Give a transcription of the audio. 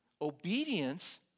Obedience